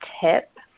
tip